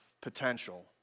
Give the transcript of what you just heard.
potential